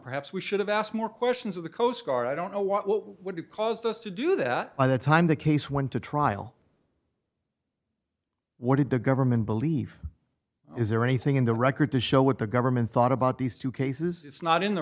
perhaps we should have asked more questions of the coast guard i don't know what would cause us to do that by the time the case went to trial what did the government believe is there anything in the record to show what the government thought about these two cases it's not in the